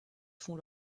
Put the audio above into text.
font